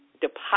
deposit